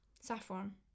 Saffron